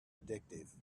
addictive